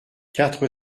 quatre